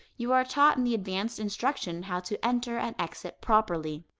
you are taught in the advanced instruction how to enter and exit properly.